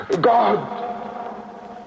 God